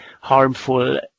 harmful